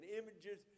images